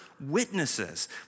witnesses